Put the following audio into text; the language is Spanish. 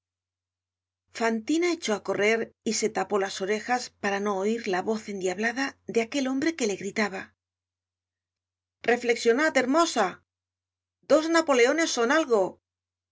fantina echó á correr y se tapó las orejas para no oir la voz endiablada de aquel hombre que le gritaba reflexionad hermosa dos napoleones son algo